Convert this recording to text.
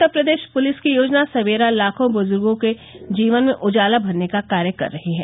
उत्तर Pradesh police की योजना सवेरा लाखों बजुर्गो के जीवन में उजाला भरने का कार्य कर रही है